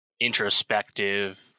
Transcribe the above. introspective